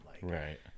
Right